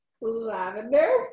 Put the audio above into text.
lavender